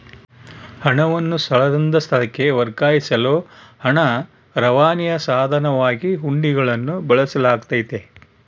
ಹಣವನ್ನು ಸ್ಥಳದಿಂದ ಸ್ಥಳಕ್ಕೆ ವರ್ಗಾಯಿಸಲು ಹಣ ರವಾನೆಯ ಸಾಧನವಾಗಿ ಹುಂಡಿಗಳನ್ನು ಬಳಸಲಾಗ್ತತೆ